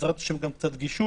ובעזרת השם גם קצת גישור,